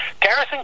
Garrison